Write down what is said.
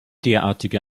derartige